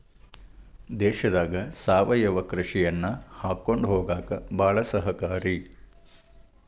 ದೇಶದಾಗ ಸಾವಯವ ಕೃಷಿಯನ್ನಾ ಕಾಕೊಂಡ ಹೊಗಾಕ ಬಾಳ ಸಹಕಾರಿ